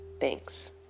thanks